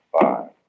five